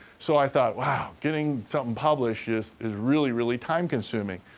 so i thought, wow, getting something published is is really, really time-consuming.